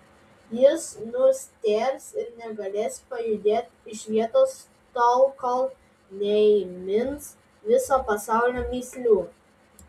jis nustėrs ir negalės pajudėti iš vietos tol kol neįmins viso pasaulio mįslių